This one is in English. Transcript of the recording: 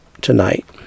tonight